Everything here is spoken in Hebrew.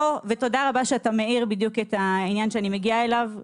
תודה שאתה מעיר בדיוק את העניין שאני מגיעה אליו.